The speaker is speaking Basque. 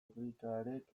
lurrikarek